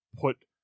put